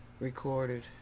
Recorded